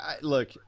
look